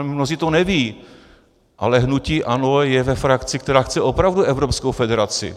Mnozí to nevědí, ale hnutí ANO je ve frakci, která chce opravdu evropskou federaci.